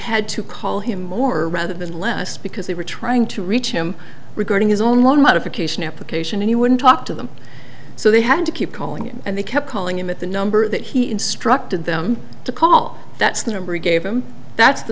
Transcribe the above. had to call him more rather than less because they were trying to reach him regarding his own loan modification application and he wouldn't talk to them so they had to keep calling him and they kept calling him at the number that he instructed them to call that's the number gave him that's the